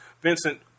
Vincent